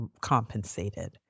compensated